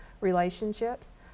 relationships